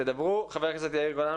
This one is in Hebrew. חבר הכנסת יאיר גולן,